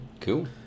cool